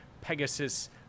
pegasus